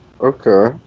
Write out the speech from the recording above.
Okay